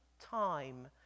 time